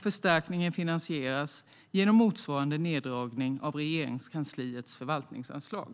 Förstärkningen finansieras genom motsvarande neddragning av Regeringskansliets förvaltningsanslag.